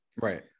Right